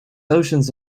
oceans